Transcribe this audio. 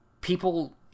people